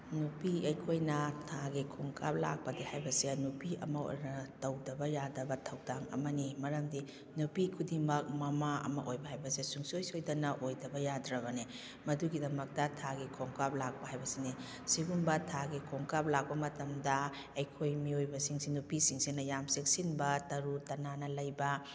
ꯅꯨꯄꯤ ꯑꯩꯈꯣꯏꯅ ꯊꯥꯒꯤ ꯈꯣꯡꯀꯥꯞ ꯂꯥꯛꯄꯗꯤ ꯍꯥꯏꯕꯁꯦ ꯅꯨꯄꯤ ꯑꯃ ꯑꯣꯏꯅ ꯇꯧꯗꯕ ꯌꯥꯗꯕ ꯊꯧꯗꯥꯡ ꯑꯃꯅꯤ ꯃꯔꯝꯗꯤ ꯅꯨꯄꯤ ꯈꯨꯗꯤꯡꯃꯛ ꯃꯃꯥ ꯑꯃ ꯑꯣꯏꯕ ꯍꯥꯏꯕꯁꯦ ꯁꯨꯡꯁꯣꯏ ꯁꯣꯏꯗꯅ ꯑꯣꯏꯗꯕ ꯌꯥꯗ꯭ꯔꯕꯅꯦ ꯃꯗꯨꯒꯤꯗꯃꯛꯇ ꯊꯥꯒꯤ ꯈꯣꯡꯀꯥꯞ ꯂꯥꯛꯄ ꯍꯥꯏꯕꯁꯤꯅꯤ ꯁꯤꯒꯨꯝꯕ ꯊꯥꯒꯤ ꯈꯣꯡꯀꯥꯞ ꯂꯥꯛꯄ ꯃꯇꯝꯗ ꯑꯩꯈꯣꯏ ꯃꯤꯑꯣꯏꯕꯁꯤꯡꯁꯤ ꯅꯨꯄꯤꯁꯤꯡꯁꯤꯅ ꯌꯥꯝ ꯆꯦꯛꯁꯤꯟ ꯇꯔꯨ ꯇꯅꯥꯟꯅ ꯂꯩꯕ